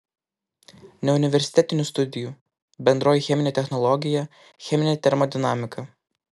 neuniversitetinių studijų bendroji cheminė technologija cheminė termodinamika